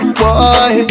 boy